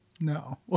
No